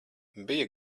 bija